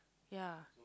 ya